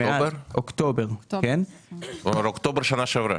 כלומר אוקטובר שנה שעברה?